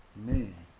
me